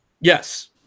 Yes